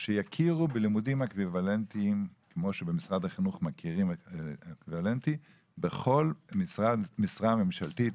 שיכירו בלימודים אקוויוולנטיים ובהכשרה בכל משרה ממשלתית,